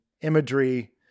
imagery